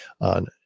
on